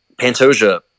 Pantoja